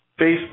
Facebook